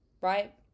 right